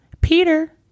Peter